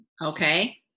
Okay